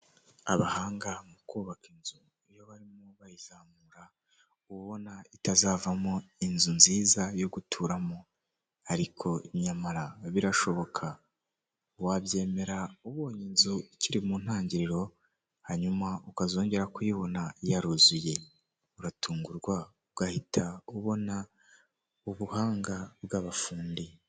Ubuyobozi bwa leta y'u Rwanda buhora bushishikariza abaturage bayo kuva mu megeka kuko ibi bintu bishyira ubuzima bwabo mu kaga, nyamuneka muhanahane aya makuru aba bantu bave mu manegeka.